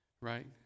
Right